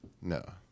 No